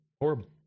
horrible